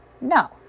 no